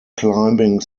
climbing